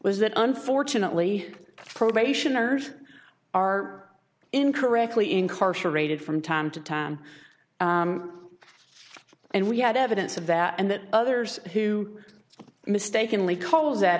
that unfortunately probationers are incorrectly incarcerated from time to time and we had evidence of that and that others who mistakenly calls